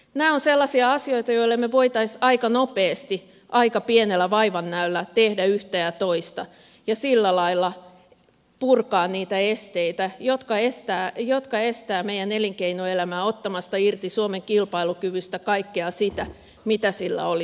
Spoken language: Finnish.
nämä ovat sellaisia asioita joille me voisimme aika nopeasti aika pienellä vaivannäöllä tehdä yhtä ja toista ja sillä lailla purkaa niitä esteitä jotka estävät meidän elinkeinoelämää ottamasta irti suomen kilpailukyvystä kaikkea sitä mitä sillä olisi otettavissa